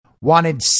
wanted